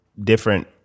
different